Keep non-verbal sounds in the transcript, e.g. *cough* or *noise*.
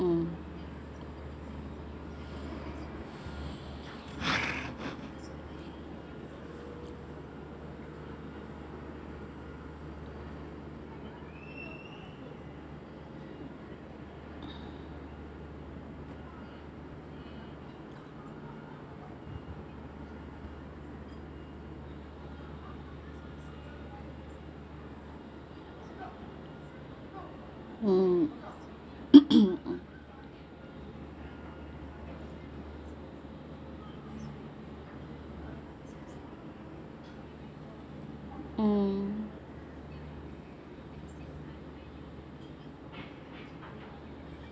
mm *laughs* mm *noise* mm